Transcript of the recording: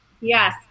Yes